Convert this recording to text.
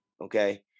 Okay